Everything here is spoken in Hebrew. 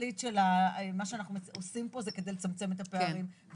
כי כל התכלית של מה שאנחנו עושים פה זה כדי לצמצם את הפערים בפריון.